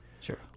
Sure